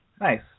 Nice